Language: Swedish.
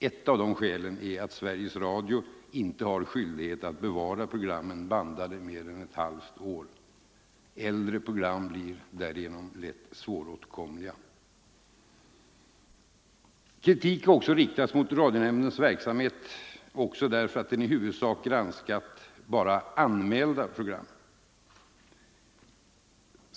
Ett av dessa skäl är att Sveriges Radio inte har skyldighet att bevara programmen bandade mer än ett halvt år. Äldre program blir därigenom lätt svåråtkomliga. Kritik har riktats mot radionämndens verksamhet också därför att den i huvudsak granskat bara anmälda program.